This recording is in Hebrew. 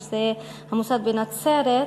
שזה המוסד בנצרת,